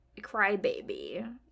crybaby